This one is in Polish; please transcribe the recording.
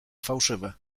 fałszywe